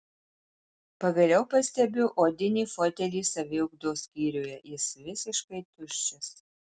pagaliau pastebiu odinį fotelį saviugdos skyriuje jis visiškai tuščias